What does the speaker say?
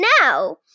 Now